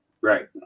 Right